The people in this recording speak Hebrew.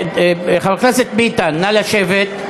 חבר הכנסת ביטן, נא לשבת.